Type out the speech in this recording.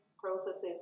processes